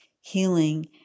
healing